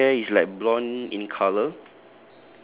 and his hair is like blond in colour